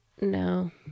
no